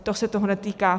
To se toho netýká.